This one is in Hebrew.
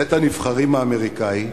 בית-הנבחרים האמריקני,